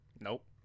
Nope